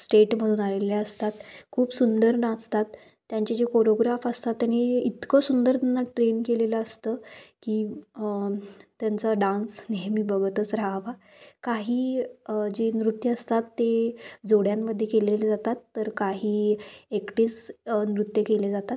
स्टेटमधून आलेले असतात खूप सुंदर नाचतात त्यांचे जे कोरिओग्राफ असतात त्यांनी इतकं सुंदर त्यांना ट्रेन केलेलं असतं की त्यांचा डान्स नेहमी बघतच राहावा काही जे नृत्य असतात ते जोड्यांमध्ये केलेले जातात तर काही एकटीच नृत्य केले जातात